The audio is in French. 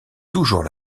toujours